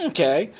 Okay